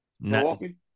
Milwaukee